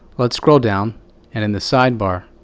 let's scroll down, and in the sidebar,